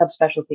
subspecialty